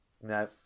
No